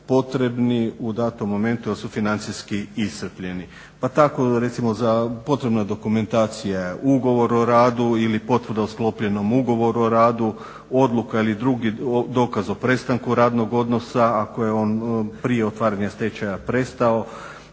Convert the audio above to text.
potrebni u datom momentu jer su financijski iscrpljeni. Pa tako recimo potrebna dokumentacija je ugovor o radu ili potvrda o sklopljenom ugovoru o radu, odluka ili drugi dokaz o prestanku radnog odnosa ako je on prije otvaranja stečaja prestao,